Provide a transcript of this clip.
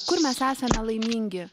kur mes esame laimingi